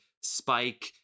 spike